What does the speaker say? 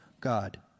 God